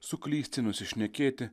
suklysti nusišnekėti